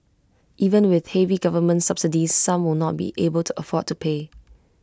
even with heavy government subsidies some will not be able to afford to pay